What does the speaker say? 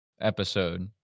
episode